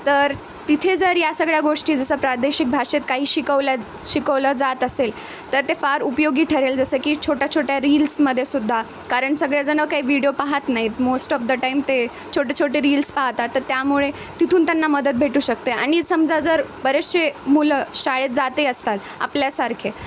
तर तिथे जर या सगळ्या गोष्टी जसं प्रादेशिक भाषेत काही शिकवल्या शिकवलं जात असेल तर ते फार उपयोगी ठरेल जसं की छोट्या छोट्या रील्समध्ये सुद्धा कारण सगळेजणं काही विडीओ पाहत नाहीत मोस्ट ऑफ द टाईम ते छोटे छोटे रील्स पाहतात तर त्यामुळे तिथून त्यांना मदत भेटू शकते आणि समजा जर बरेचसे मुलं शाळेत जाते असतात आपल्यासारखे